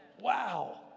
Wow